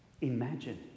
Imagine